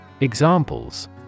Examples